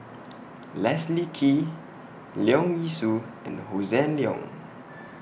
Leslie Kee Leong Yee Soo and Hossan Leong